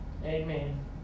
Amen